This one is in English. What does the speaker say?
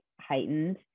heightened